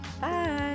Bye